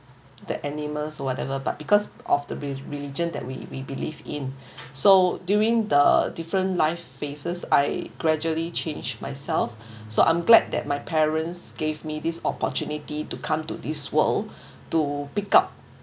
that animals or whatever but because of the re~ religion that we we believe in so during the different life faces I gradually change myself so I'm glad that my parents gave me this opportunity to come to this world to pick up